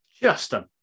Justin